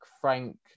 Frank